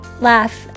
laugh